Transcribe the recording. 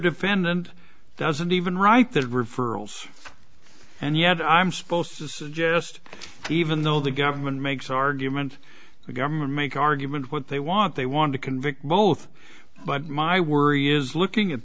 defendant doesn't even write that referrals and yet i'm supposed to suggest even though the government makes arguments the government makes argument what they want they want to convict both but my worry is looking at